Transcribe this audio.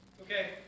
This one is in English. Okay